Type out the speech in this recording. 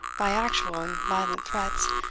by actual and violent threats,